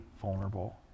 vulnerable